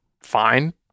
fine